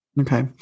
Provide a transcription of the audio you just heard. okay